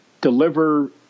deliver